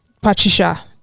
patricia